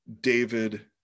david